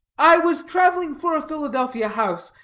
i was traveling for a philadelphia house.